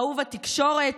אהוב התקשורת,